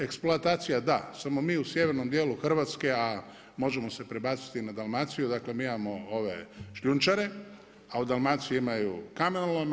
Eksploatacija da, samo mi u sjevernom dijelu Hrvatske, a možemo se prebaciti na Dalmaciju, dakle mi imamo ove šljunčare, a u Dalmaciji imaju kamenolome.